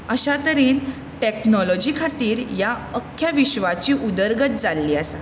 अश्या तरेन टॅक्नोलोजी खातीर ह्या अख्ख्या विश्वाची उदरगत जाल्ली आसा